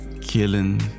killing